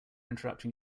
interrupting